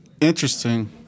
Interesting